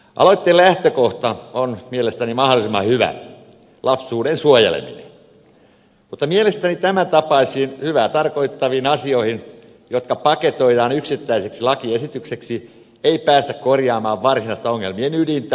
aloitteen lähtökohta on mielestäni mahdollisimman hyvä lapsuuden suojeleminen mutta mielestäni tämän tapaisilla hyvää tarkoittavilla asioilla jotka paketoidaan yksittäiseksi lakiesitykseksi ei päästä korjaamaan varsinaista ongelmien ydintä